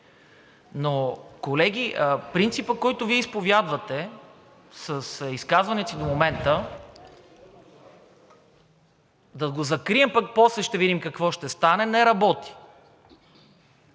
Колеги, принципът, който Вие изповядвате с изказванията си до момента: да го закрием, пък после ще видим какво ще стане – не работи.